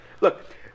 look